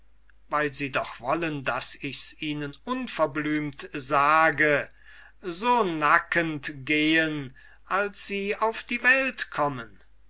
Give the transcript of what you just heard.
weil sie doch wollen daß ichs ihnen unverblümt sage so nackend gehen als sie auf die welt kommen